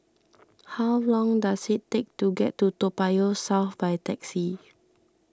how long does it take to get to Toa Payoh South by taxi